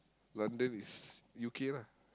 London is U_K lah